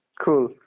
Cool